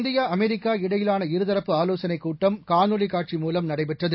India America இடையிலான இருதரப்பு ஆலோசனை கூட்டம் காணொளி காட்சி மூலம் நடைபெற்றது